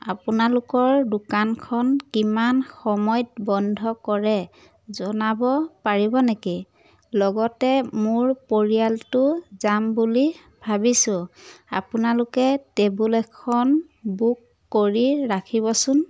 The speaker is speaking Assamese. আপোনালোকৰ দোকানখন কিমান সময়ত বন্ধ কৰে জনাব পাৰিব নেকি লগতে মোৰ পৰিয়ালটো যাম বুলি ভাবিছোঁ আপোনালোকে টেবুল এখন বুক কৰি ৰাখিবচোন